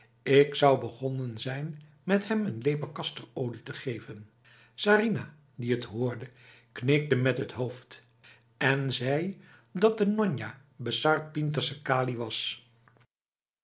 ik zou begonnen zijn met hem een lepel castorolie te gevenf sarinah die het hoorde knikte met het hoofd en zei dat de njonja besar pinter sekali was